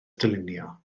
dylunio